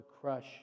crush